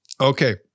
Okay